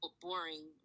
boring